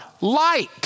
light